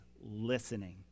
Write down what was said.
listening